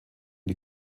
die